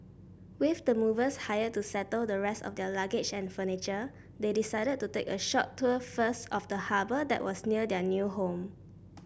with the movers hired to settle the rest of their luggage and furniture they decided to take a short tour first of the harbour that was near their new home